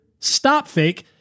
StopFake